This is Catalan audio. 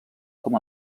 com